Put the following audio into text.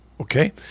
okay